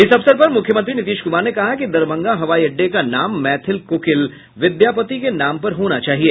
इस अवसर पर मुख्यमंत्री नीतीश कुमार ने कहा कि दरभंगा हवाई अड्डे का नाम मैथिल कोकिल विद्यापति के नाम पर होना चाहिए